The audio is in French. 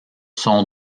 sont